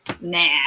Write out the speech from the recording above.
Nah